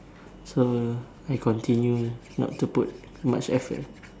so I continue not to put much effort